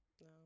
no